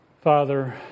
Father